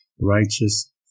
righteous